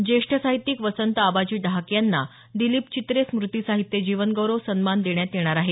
ज्येष्ठ साहित्यिक वसंत आबाजी डहाके यांना दिलीप चित्रे स्मृति साहित्य जीवनगौरव सन्मान देण्यात येणार आहे